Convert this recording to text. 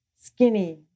skinny